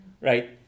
right